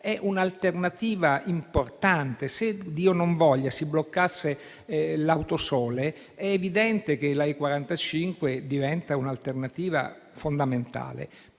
è un'alternativa importante; se - Dio non voglia - si bloccasse l'autostrada del sole, è evidente che la E45 diventerebbe un'alternativa fondamentale.